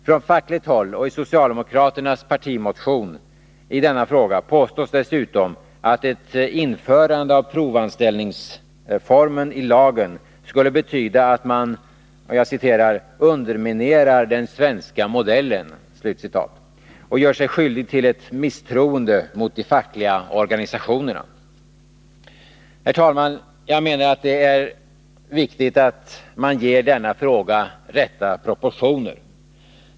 Från fackligt håll och i socialdemokraternas partimotion i denna fråga påstås dessutom att ett införande av provanställningsformen i lagen skulle betyda att man ”underminerar den svenska modellen” och gör sig skyldig till ett misstroende mot de fackliga organisationerna. Herr talman! Jag menar att det är viktigt att man ger denna fråga de rätta proportionerna.